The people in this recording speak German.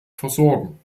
versorgen